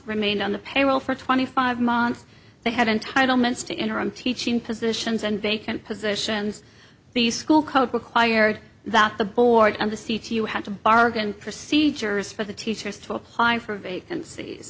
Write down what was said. remained on the payroll for twenty five months they had entitlements to interim teaching positions and vacant positions the school code required that the board of the seats you had to bargain procedures for the teachers to apply for vacanc